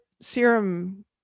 serum